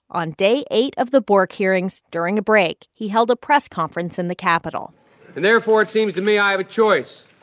on day eight of the bork hearings, during a break, he held a press conference in the capitol and therefore, it seems to me i have a choice.